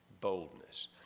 boldness